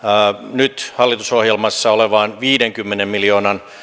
nyt hallitusohjelmassa olevaan viidenkymmenen miljoonan